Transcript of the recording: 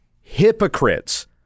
hypocrites